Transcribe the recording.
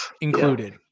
included